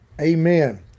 Amen